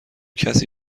کسی